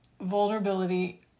vulnerability